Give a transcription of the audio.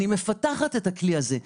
אני מפתחת את הכלי הזה.